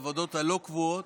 הוועדות הלא-קבועות.